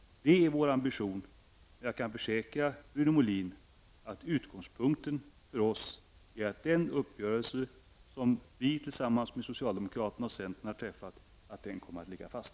Det är vår ambition. Jag kan försäkra Rune Molin att utgångspunkten för oss är att den uppgörelse som vi tillsammans med socialdemokraterna och centern har träffat kommer att ligga fast.